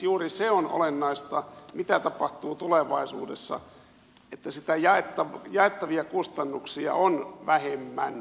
juuri se on olennaista mitä tapahtuu tulevaisuudessa että jaettavia kustannuksia on vähemmän